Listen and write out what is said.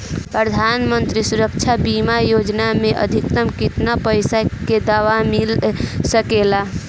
प्रधानमंत्री सुरक्षा बीमा योजना मे अधिक्तम केतना पइसा के दवा मिल सके ला?